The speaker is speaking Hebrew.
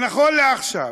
שנכון לעכשיו,